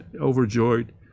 overjoyed